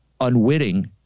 unwitting